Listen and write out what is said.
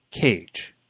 Cage